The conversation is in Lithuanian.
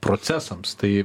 procesams tai